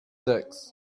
ducks